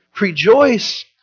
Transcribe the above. rejoice